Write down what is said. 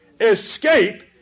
escape